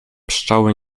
pszczoły